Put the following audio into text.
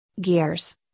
Gears